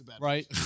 right